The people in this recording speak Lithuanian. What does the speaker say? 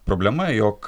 problema jog